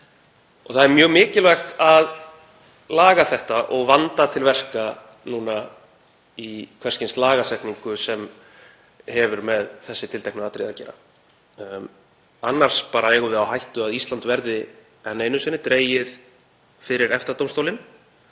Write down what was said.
Það er mjög mikilvægt að laga þetta og vanda til verka núna í hvers kyns lagasetningu sem hefur með þessi tilteknu atriði að gera. Annars eigum við á hættu að Ísland verði enn einu sinni dregið fyrir EFTA-dómstólinn